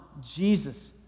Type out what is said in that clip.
Jesus